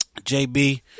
JB